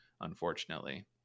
unfortunately